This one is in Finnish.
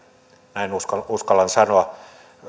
näin uskallan sanoa